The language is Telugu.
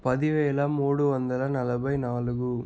పది వేల మూడు వందల నలభై నాలుగు